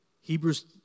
Hebrews